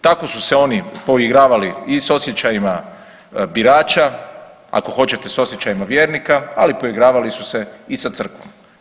Tako su se oni poigravali i s osjećajima birača, ako hoćete s osjećajima vjernika, ali poigravali su se i sa crkvom.